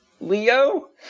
Leo